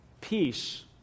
Peace